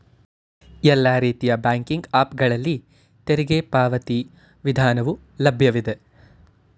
ಎಲ್ಲಾ ರೀತಿಯ banking app ಗಳಲ್ಲಿ ತೆರಿಗೆ ಪಾವತಿ ವಿಧಾನವು ಲಭ್ಯವಿದೆ